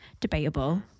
Debatable